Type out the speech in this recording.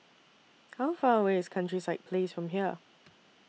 How Far away IS Countryside Place from here